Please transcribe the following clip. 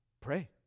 Pray